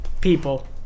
people